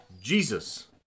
Jesus